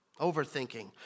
Overthinking